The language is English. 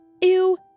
ew